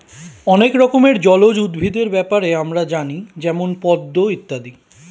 অনেক রকমের জলজ উদ্ভিদের ব্যাপারে আমরা জানি যেমন পদ্ম ইত্যাদি